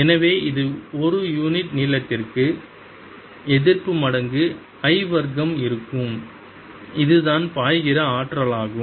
எனவே இது ஒரு யூனிட் நீளத்திற்கு எதிர்ப்பு மடங்கு I வர்க்கம் இருக்கும் இது தான் பாய்கிற ஆற்றலாகும்